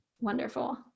Wonderful